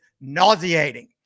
nauseating